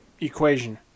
equation